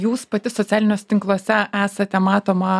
jūs pati socialiniuose tinkluose esate matoma